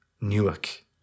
Newark